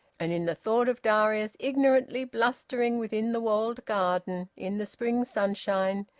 and in the thought of darius ignorantly blustering within the walled garden, in the spring sunshine,